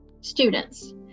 students